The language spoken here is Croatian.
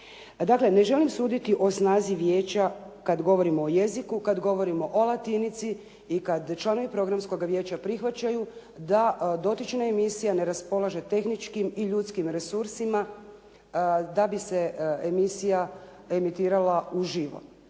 Dakle, ne želim suditi o snazi vijeća kad govorimo o jeziku, kad govorimo o latinici i kad članovi programskoga vijeća prihvaćaju da dotična emisija ne raspolaže tehničkim i ljudskim resursima da bi se emisija emitirala uživo.